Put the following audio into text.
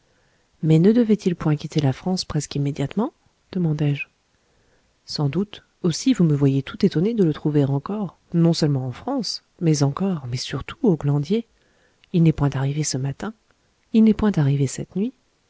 mais ne devait-il point quitter la france presque immédiatement demandai-je sans doute aussi vous me voyez tout étonné de le trouver encore non seulement en france mais encore mais surtout au glandier il n'est point arrivé ce matin il n'est point arrivé cette nuit